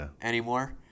anymore